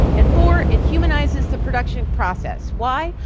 and four, it humanizes the production process. why?